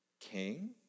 King